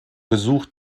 besuch